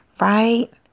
right